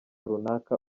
runaka